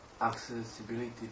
accessibility